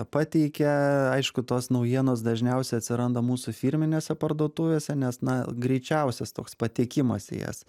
pateikia aišku tos naujienos dažniausiai atsiranda mūsų firminėse parduotuvėse nes na greičiausias toks patekimas į jas